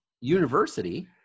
University